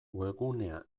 webgunea